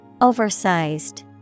Oversized